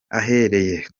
ahereye